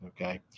Okay